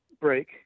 break